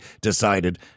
decided